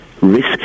risk